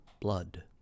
blood